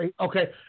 Okay